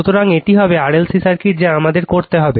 সুতরাং এটি হবে RLC সার্কিট যা আমাদের করতে হবে